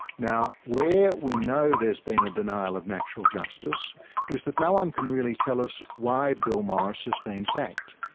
now where we know there's been a denial of natural justice is that no one can really tell us why bill morris has been sacked.